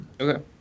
Okay